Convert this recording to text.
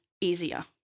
easier